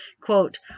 quote